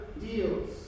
deals